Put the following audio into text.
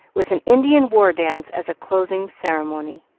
with an indian war-dance as a closing ceremony.